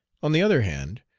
on the other hand,